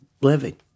living